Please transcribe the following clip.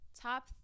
Top